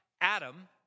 Adam